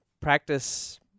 practice